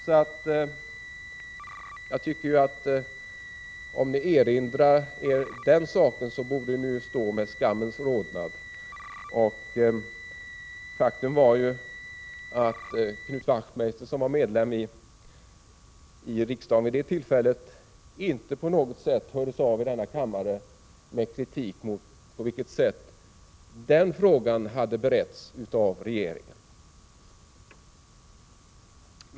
Om ni erinrar er den saken tycker jag att ni borde stå med skammens rodnad. Faktum var att Knut Wachtmeister, som var medlem av riksdagen vid det tillfället, inte på något sätt hördes av i denna kammare med kritik mot det sätt på vilket den frågan hade beretts av den borgerliga regeringen.